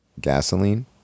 Gasoline